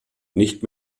nicht